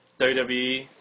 WWE